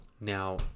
now